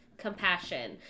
compassion